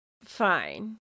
fine